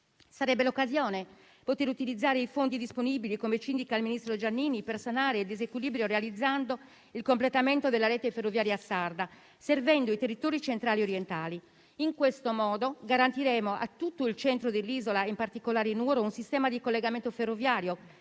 sarebbe l'occasione - come indicato dal ministro Giovannini - per sanare il disequilibrio, realizzando il completamento della rete ferroviaria sarda servendo i territori centrali e orientali. In questo modo garantiremo a tutto il centro dell'isola - in particolare a Nuoro - un sistema di collegamento ferroviario